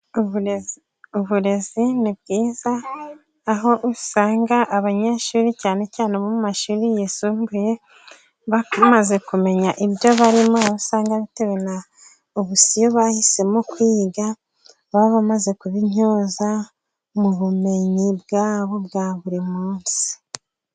Uburezi ni bwiza aho usanga abanyeshuri cyane cyane mu mashuri yisumbuye bamaze kumenya ibyo barimo, usanga bitewe na uburyo bahisemo kwiga, baba bamaze kuba ibintyoza mu bumenyi bwabo bwa buri munsi.